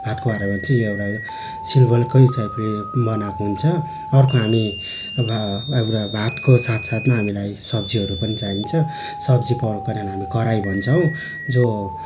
भातको भाँडा भने चाहिँ यो एउटा यो सिल्वरकै टाइपले बनाएको हुन्छ अर्को हामी अब एउटा भातको साथसाथमा हामीलाई सब्जीहरू पनि चाहिन्छ सब्जी पकाउनेलाई हामी कराही भन्छौँ जो